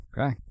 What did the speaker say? Okay